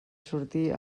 sortir